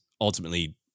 ultimately